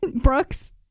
Brooks